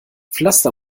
pflaster